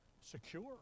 Secure